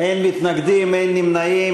חברי הכנסת, בעד, 25, אין מתנגדים, אין נמנעים.